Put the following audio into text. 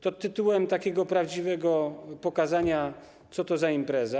To tytułem takiego prawdziwego pokazania, co to za impreza.